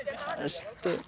ಅಷ್ಟು